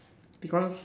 because